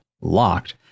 locked